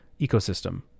ecosystem